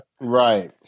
Right